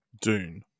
Dune